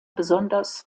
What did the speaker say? besonders